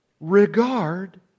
regard